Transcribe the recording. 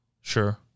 Sure